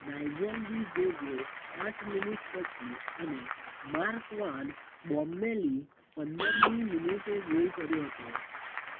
Nigel de જોંગે આઠ minute પછી અને માર્ક વાન બોમ્મેલી પંદરમી મિનિટે ગોલ કર્યો હતો